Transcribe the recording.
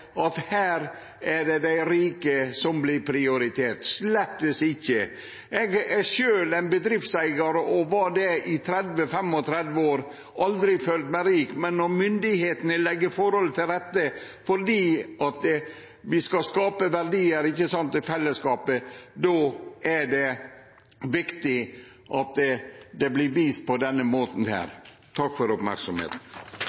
vere at her vert dei rike prioriterte. Slett ikkje! Eg har sjølv vore bedriftseigar i 30–35 år og har aldri følt meg rik. Men når myndigheitene legg forholda til rette fordi vi skal skape verdiar til fellesskapet, er det viktig at det vert vist på denne måten.